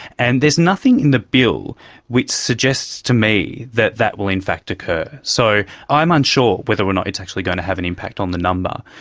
and there's nothing in the bill which suggests to me that that will in fact occur. so i'm unsure whether or not it's actually going to have an impact on the number.